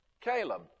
Caleb